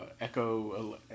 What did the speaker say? Echo